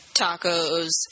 tacos